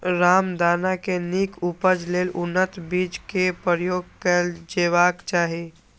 रामदाना के नीक उपज लेल उन्नत बीज केर प्रयोग कैल जेबाक चाही